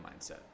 mindset